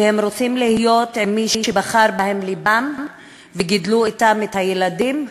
כי הם רוצים להיות עם מי שבחר בו לבם ולגדל אתו את הילדים.